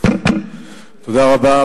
תודה רבה.